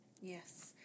Yes